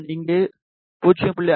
நான் இங்கே 0